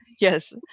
Yes